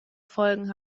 folgen